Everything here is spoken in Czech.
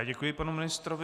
Děkuji panu ministrovi.